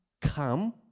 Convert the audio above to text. come